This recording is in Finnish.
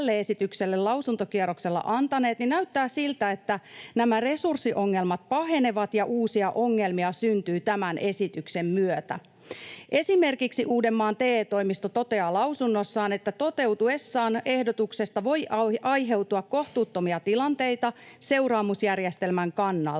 esitykselle lausuntokierroksella antaneet, niin näyttää siltä, että nämä resurssiongelmat pahenevat ja uusia ongelmia syntyy tämän esityksen myötä. Esimerkiksi Uudenmaan TE-toimisto toteaa lausunnossaan, että toteutuessaan ehdotuksesta voi aiheutua kohtuuttomia tilanteita seuraamusjärjestelmän kannalta.